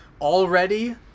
already